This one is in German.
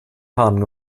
fahren